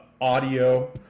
audio